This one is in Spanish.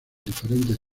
diferentes